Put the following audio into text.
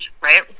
right